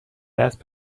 دست